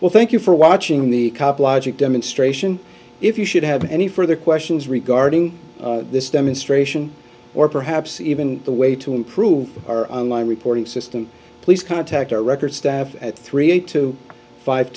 well thank you for watching the cup logic demonstration if you should have any further questions regarding this demonstration or perhaps even the way to improve our online reporting system please contact our record staff at three eight two five